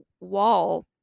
wall